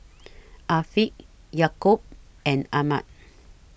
Afiq Yaakob and Ahmad